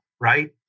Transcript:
right